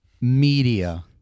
Media